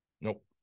Nope